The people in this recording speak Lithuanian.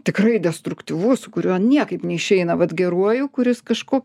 tikrai destruktyvus su kuriuo niekaip neišeina vat geruoju kuris kažko